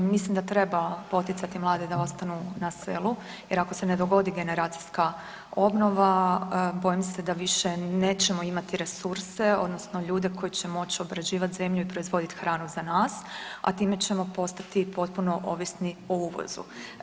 Ja mislim da treba poticati mlade da ostanu na selu jer ako se ne dogodi generacijska obnova bojim se da više nećemo imati resurse odnosno ljude koji će moć obrađivat zemlju i proizvodit hranu za nas, a time ćemo postati potpuno ovisni o uvozu.